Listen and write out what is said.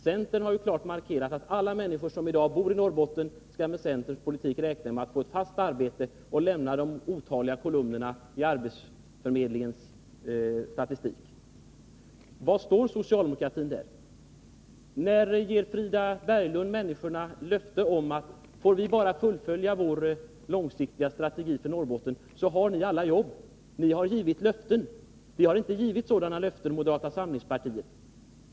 Centern har klart markerat att alla människor som i dag bor i Norrbotten skall med Nr 143 centerns politik räkna med att få ett fast arbete och lämna de otaliga kolumnerna i arbetsförmedlingens statistik. Var står socialdemokratin där? När ger Frida Berglund människorna löftet att får socialdemokratin bara fullfölja sin långsiktiga strategi för Norrbotten så har alla ett jobb? Ni har ju givit löften tidigare. Moderata samlingspartiet har inte givit sådana löften.